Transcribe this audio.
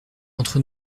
entre